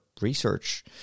research